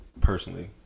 personally